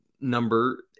number